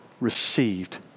received